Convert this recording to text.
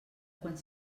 quan